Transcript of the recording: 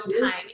time